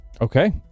Okay